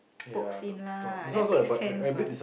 pokes in lah that makes sense what